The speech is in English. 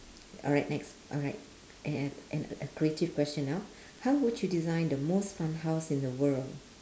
alright next alright a~ a~ and a creative question now how would you design the most fun house in the world